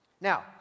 Now